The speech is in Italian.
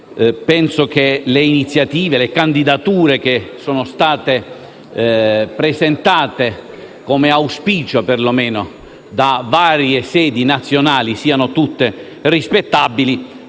Ritengo che le candidature che sono state presentate - come auspicio, perlomeno - da varie sedi nazionali siano tutte rispettabili